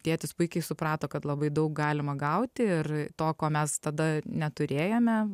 tėtis puikiai suprato kad labai daug galima gauti ir to ko mes tada neturėjome